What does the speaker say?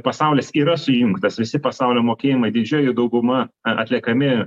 pasaulis yra sujungtas visi pasaulio mokėjimai didžioji dauguma atliekami